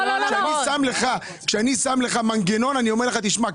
כשאני שם לך מנגנון אני אומר לך: תשמע,